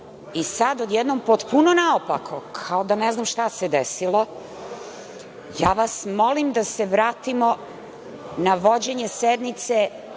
i sad odjednom potpuno naopako kao da ne znam šta se desilo. Ja vas molim da se vratimo na vođenje sednice